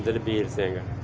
Dalbir Singh